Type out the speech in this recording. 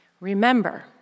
Remember